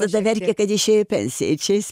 tada verkė kad išėjo į pensiją čia jis